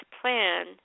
plan